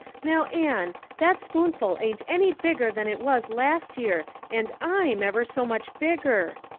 now, anne, that spoonful ain't any bigger than it was last year and i'm ever so much bigger.